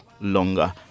longer